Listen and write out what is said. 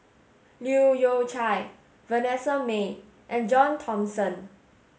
Leu Yew Chye Vanessa Mae and John Thomson